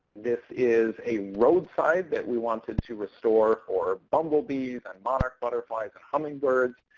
this is a roadside that we wanted to restore for bumblebees and monarch butterflies, hummingbirds.